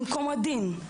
עם קומדין,